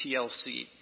TLC